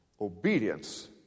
Obedience